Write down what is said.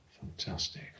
Fantastic